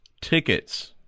Tickets